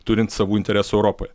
turint savų interesų europoj